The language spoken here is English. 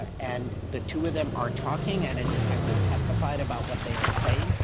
and the two of them are talking and a detective testified about what they are saying.